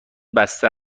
بسته